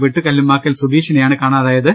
വെട്ടുകല്ലുമ്മാക്കൽ സുബീഷിനെയാണ് കാണാതായത്